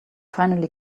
finally